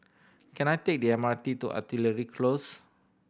can I take the M R T to Artillery Close